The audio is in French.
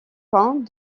peint